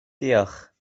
diolch